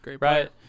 right